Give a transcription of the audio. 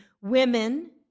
women